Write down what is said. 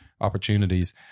opportunities